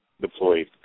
deployed